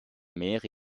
mehrere